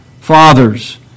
fathers